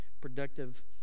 productive